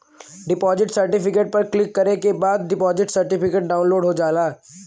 deposit certificate पर click करे के बाद डिपॉजिट सर्टिफिकेट डाउनलोड हो जाला